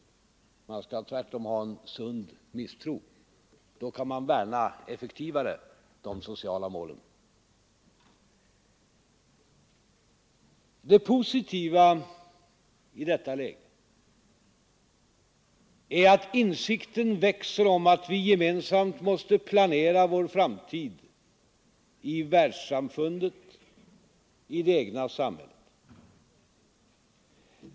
Tvärtom bör man känna en sund misstro; då kan man effektivare värna de sociala målen. Det positiva i detta läge är att insikten växer om att vi gemensamt måste planera vår framtid i världssamfundet och i det egna samhället.